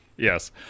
Yes